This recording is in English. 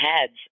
heads